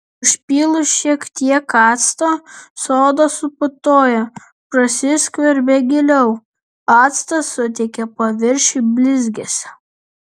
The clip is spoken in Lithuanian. užpylus šiek tiek acto soda suputoja prasiskverbia giliau actas suteikia paviršiui blizgesio